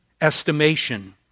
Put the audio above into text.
estimation